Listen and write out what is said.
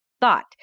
thought